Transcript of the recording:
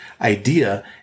idea